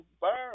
burn